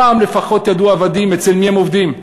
פעם לפחות ידעו העבדים אצל מי הם עובדים.